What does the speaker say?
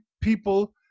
people